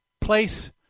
place